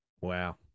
Wow